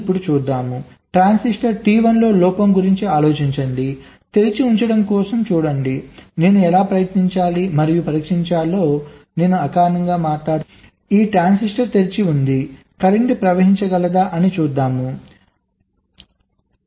ఇప్పుడు చూద్దాం transistor T 1 లో లోపం గురించి ఆలోచించండి తెరిచి ఉంచడం కోసం చూడండి నేను ఎలా ప్రయత్నించాలి మరియు పరీక్షించాలో నేను అకారణంగా మాట్లాడుతున్నప్పుడు నేను ఈ విధంగా పరీక్షించాలి ఈ ట్రాన్సిస్టర్ తెరిచి ఉంది కరెంట్ ప్రవహించగలదా అని చూద్దాం ఇక్కడ